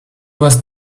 was